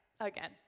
again